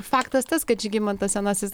faktas tas kad žygimantas senasis